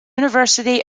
university